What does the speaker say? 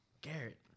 Garrett